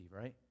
right